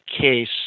case